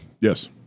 Yes